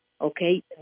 okay